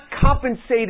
compensated